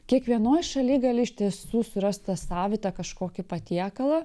kiekvienoj šaly gali iš tiesų surast tą savitą kažkokį patiekalą